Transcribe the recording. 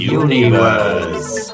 universe